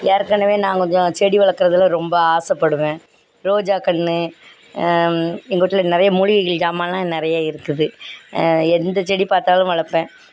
ஏற்கனவே நான் கொஞ்சம் செடி வளக்குறதில் ரொம்ப ஆசைப்படுவேன் ரோஜாக்கன்று எங்கள் வீட்டுல நிறைய மூலிகைகள் ஜமானெலாம் நிறைய இருக்குது எந்த செடி பார்த்தாலும் வளர்ப்பேன்